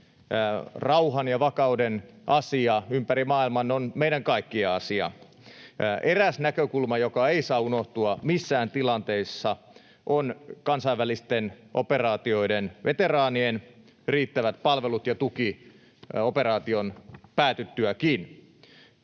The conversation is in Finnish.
Rauhan ja vakauden asia ympäri maailman on meidän kaikkien asia. Eräs näkökulma, joka ei saa unohtua missään tilanteissa, on kansainvälisten operaatioiden veteraanien riittävät palvelut ja tuki operaa-tion päätyttyäkin.